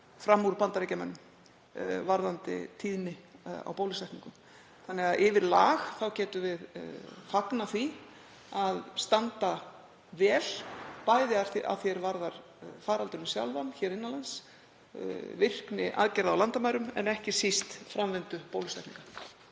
fram úr Bandaríkjamönnum varðandi tíðni á bólusetningum. Þannig að yfir lag getum við fagnað því að standa vel, bæði að því er varðar faraldurinn sjálfan innan lands, virkni aðgerða á landamærum en ekki síst framvindu bólusetninga.